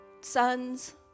sons